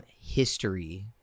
history